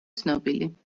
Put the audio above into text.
ცნობილი